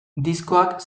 diskoak